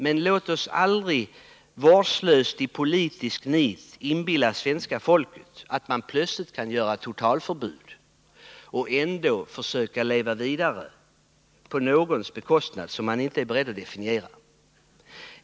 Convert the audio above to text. Men låt oss aldrig vårdslöst i politiskt nit inbilla svenska folket att man plötsligt kan införa totalförbud mot bekämpningsmedel och ändå försöka leva vidare — det blir nå bekostnad av något som man inte kan definiera.